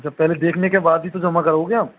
अच्छा पहले देखने के बाद ही तो जमा करोगे आप